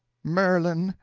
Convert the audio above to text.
merlin,